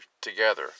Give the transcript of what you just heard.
together